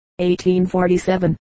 1847